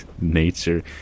nature